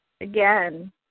Again